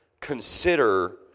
consider